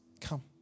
Come